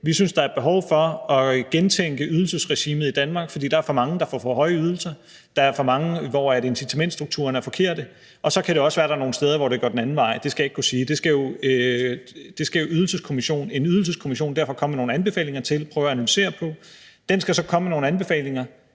vi syntes, at der var et behov for at gentænke ydelsesregimet i Danmark, fordi der er for mange, der får for høje ydelser. Der er for mange, hvor incitamentsstrukturerne er forkerte. Så kan det også være, at der er nogle steder, hvor det går den anden vej, det skal jeg ikke kunne sige, men det skal en ydelseskommission derfor komme med nogle anbefalinger til og prøve at analysere på. Mens vi venter på de anbefalinger,